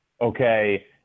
okay